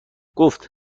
گفت